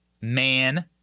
man